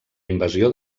invasió